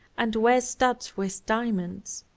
and wears studs with diamonds.